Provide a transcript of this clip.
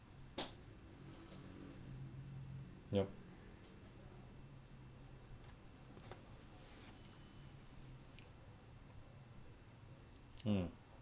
yup mmhmm